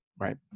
right